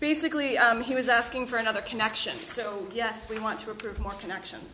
basically he was asking for another connection so yes we want to approve more connections